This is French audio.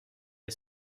est